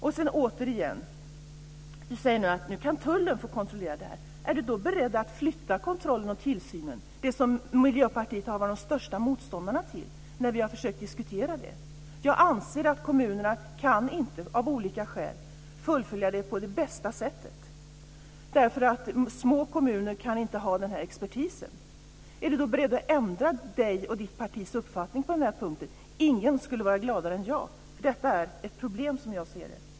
Gudrun Lindvall säger att nu kan tullen få kontrollera det här. Är hon då beredd att flytta kontrollen och tillsynen? Det har ju Miljöpartiet varit stora motståndare till när vi har försökt att diskutera det. Jag anser att kommunerna av olika skäl inte kan fullfölja detta på det bästa sättet. Små kommuner kan inte ha den här expertisen. Är Gudrun Lindvall då beredd att ändra sig och sitt partis uppfattning på den här punkten? Ingen skulle vara gladare än jag. Detta är ett problem, som jag ser det.